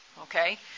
Okay